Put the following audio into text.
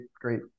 great